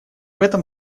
этом